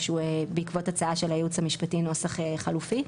בעקבות הצעה של הייעוץ המשפטי נוסח חלופי.